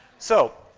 so